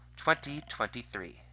2023